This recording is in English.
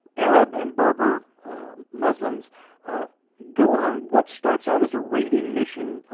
arab and berber muslims go on what starts out as a raiding mission,